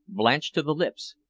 blanched to the lips,